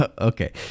okay